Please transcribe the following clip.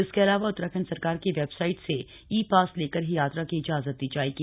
इसके अलावा उत्तराखंड सरकार की वेबसाइट से ई पास लेकर ही यात्रा की इजाजत दी जाएगी